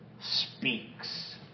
speaks